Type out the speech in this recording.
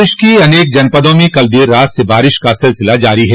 प्रदेश के अनेक जनपदों में कल देर रात से बारिश का सिलसिला जारी है